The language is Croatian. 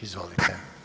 Izvolite.